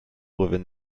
within